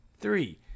Three